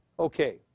Okay